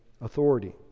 authority